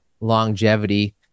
longevity